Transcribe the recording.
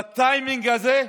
בטיימינג הזה,